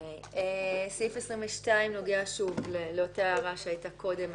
סעיף 22 נוגע לאותה הערה שהייתה קודם.